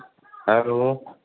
hello